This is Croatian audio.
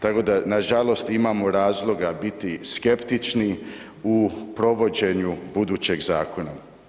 Tako da nažalost imamo razloga biti skeptični u provođenju budućeg zakona.